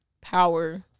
power